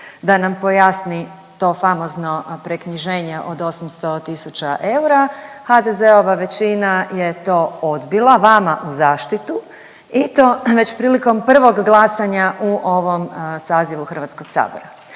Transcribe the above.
da nam pojasni to famozno preknjiženje od 800 000 eura. HDZ-ova većina je to odbila vama u zaštitu i to već prilikom prvog glasanja u ovom sazivu Hrvatskog sabora.